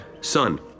Son